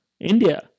India